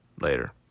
Later